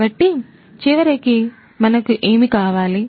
కాబట్టి చివరికి మనకు ఏమి కావాలి